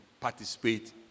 participate